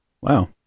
Wow